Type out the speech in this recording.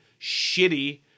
shitty